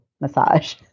massage